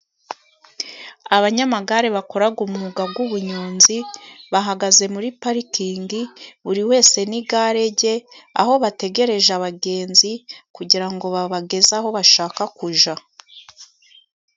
Abanyamagare bakora umwuga w'ubunyonzi, bahagaze muri parikingi, buri wese n'igare rye, aho bategereje abagenzi, kugira ngo babageze aho bashaka kujya.